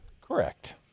Correct